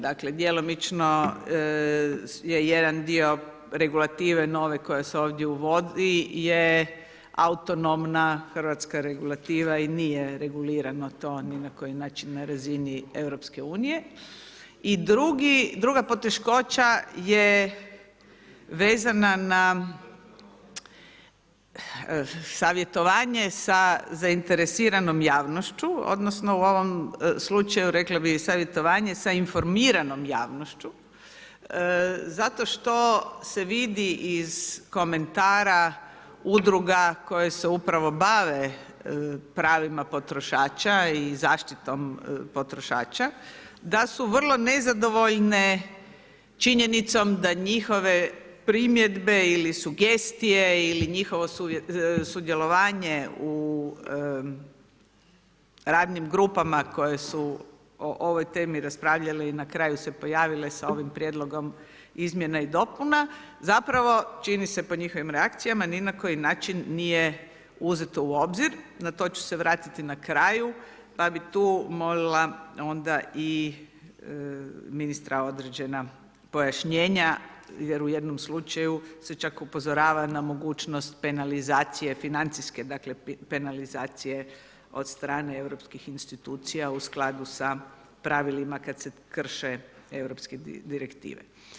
Dakle djelomično je jedan dio regulative nove koja se ovdje uvodi je autonomna hrvatska regulativa i nije regulirano to ni na koji način na razini Europske unije i druga poteškoća je vezana na savjetovanje sa zainteresiranom javnošću odnosno u ovom slučaju rekla bih savjetovanje sa informiranom javnošću, zato što se vidi iz komentara udruga koje se upravo bave pravima potrošača i zaštitom potrošača da su vrlo nezadovoljne činjenicom da njihove primjedbe ili sugestije ili njihovo sudjelovanje u radnim grupama koje su o ovoj temi raspravljale i na kraju se pojavile sa ovim prijedlogom izmjena i dopuna, zapravo čini se po njihovim reakcijama ni na koji način nije uzeto u obzir, na to ću se vratiti na kraju, pa bih tu molila onda i ministra određena pojašnjenja jer u jednom slučaju se čak upozorava na mogućnost penalizacije financijske, dakle penalizacije od strane europskih institucija u skladu sa pravilima kad se krše europske direktive.